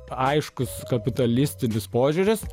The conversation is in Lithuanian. aiškus kapitalistinis požiūris